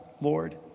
Lord